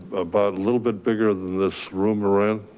about a little bit bigger than this room around,